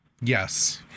Yes